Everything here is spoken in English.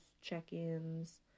check-ins